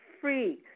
free